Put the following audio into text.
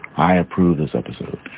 i approve this episode